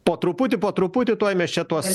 po truputį po truputį tuoj mes čia tuos